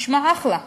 נשמע אחלה,